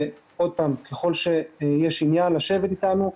עוד פעם, ככל שיש עניין לשבת אתנו,